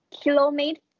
kilometer